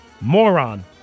moron